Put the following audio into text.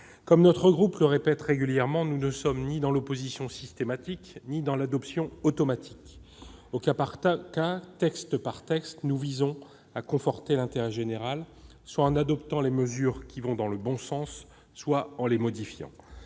comme mon groupe le répète régulièrement, nous ne sommes ni dans l'opposition systématique ni dans l'adoption automatique. Au cas par cas, texte après texte, nous visons à conforter l'intérêt général, soit en adoptant les mesures qui vont dans le bon sens, soit en les modifiant.